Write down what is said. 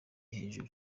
hejuru